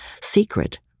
secret